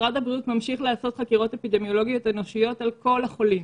משרד הבריאות ממשיך לעשות חקירות אפידמיולוגיות-אנושיות על כל החולים,